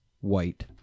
white